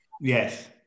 Yes